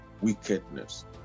Wickedness